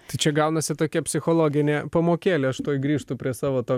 tai čia gaunasi tokia psichologinė pamokėlė aš tuoj grįžtu prie savo to